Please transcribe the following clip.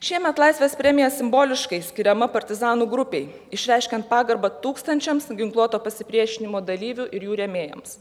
šiemet laisvės premija simboliškai skiriama partizanų grupei išreiškiant pagarbą tūkstančiams ginkluoto pasipriešinimo dalyvių ir jų rėmėjams